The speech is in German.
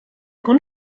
grund